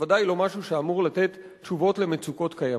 בוודאי לא משהו שאמור לתת תשובות למצוקות קיימות,